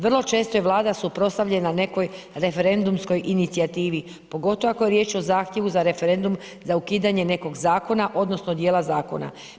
Vrlo često je Vlada suprotstavljena nekoj referendumskoj inicijativi, pogotovo ako je riječ o zahtjevu za referendum za ukidanje nekog zakona odnosno dijela zakona.